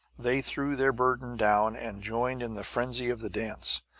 they threw their burden down and joined in the frenzy of the dance.